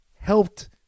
helped